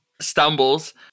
stumbles